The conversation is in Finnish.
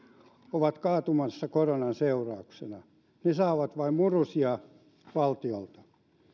ovat kaatumassa koronan seurauksena ne saavat vain murusia valtiolta